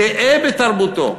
גאה בתרבותו,